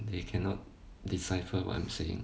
they cannot what I'm saying